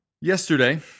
yesterday